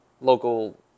local